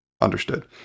understood